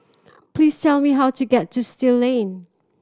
please tell me how to get to Still Lane